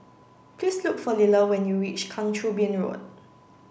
please look for Liller when you reach Kang Choo Bin Road